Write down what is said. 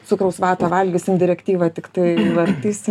cukraus vatą valgysim direktyvą tiktai vartysim